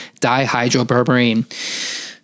dihydroberberine